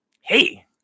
hey